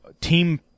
team